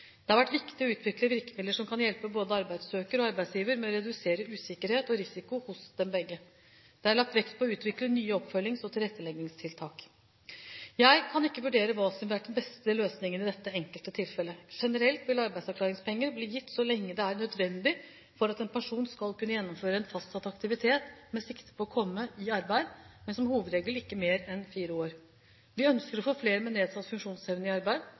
Det har vært viktig å utvikle virkemidler som kan hjelpe både arbeidssøker og arbeidsgiver med å redusere usikkerhet og risiko hos dem begge. Det er lagt vekt på å utvikle nye oppfølgings- og tilretteleggingstiltak. Jeg kan ikke vurdere hva som ville ha vært den beste løsningen i dette enkelte tilfellet. Generelt vil arbeidsavklaringspenger bli gitt så lenge det er nødvendig for at en person skal kunne gjennomføre en fastsatt aktivitet med sikte på å komme i arbeid, men som hovedregel ikke mer enn fire år. Vi ønsker å få flere med nedsatt funksjonsevne i arbeid.